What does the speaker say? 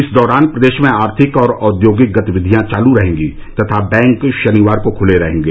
इस दौरान प्रदेश में आर्थिक और औद्योगिक गतिविधियां चालू रहेंगी तथा बैंक शनिवार को खुले रहेंगे